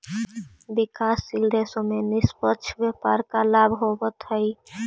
विकासशील देशों में निष्पक्ष व्यापार का लाभ होवअ हई